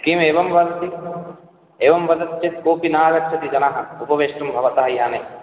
किम् एवं वदति एवं वदति चेत् कोऽपि नागच्छति जनः उपवेष्टुं भवतः याने